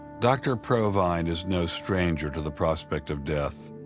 dr. provine is no stranger to the prospect of death.